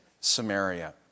Samaria